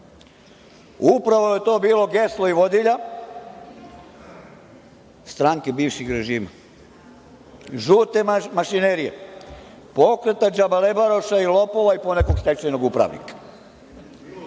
Upravo je to bilo geslo i vodilja stranke bivših režima, žute mašinerije, pokreta džabalebaroša, lopova i ponekog stečajnog upravnika.